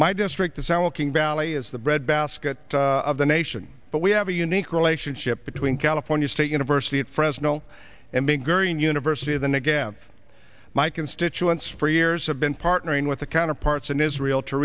my district is how a king valley is the bread basket of the nation but we have a unique relationship between california state university at fresno and bigger in university than again my constituents for years have been partnering with the counterparts in israel to